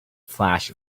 flash